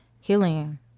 healing